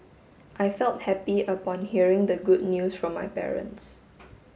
I felt happy upon hearing the good news from my parents